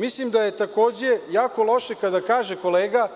Mislim da je takođe jako loše kada kaže kolega